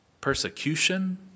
Persecution